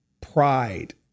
pride